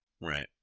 Right